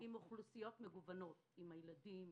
עם אוכלוסיות מגוונות עם הילדים,